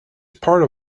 part